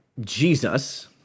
Jesus